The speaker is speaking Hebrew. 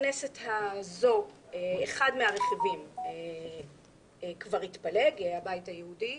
בכנסת הזו אחד מהרכיבים כבר התפלג הבית היהודי